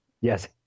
Yes